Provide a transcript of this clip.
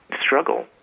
struggle